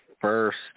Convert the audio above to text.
first